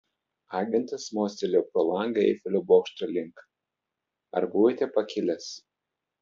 agentas mostelėjo pro langą eifelio bokšto link ar buvote pakilęs